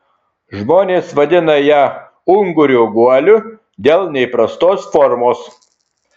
žmonės vadina ją ungurio guoliu dėl neįprastos formos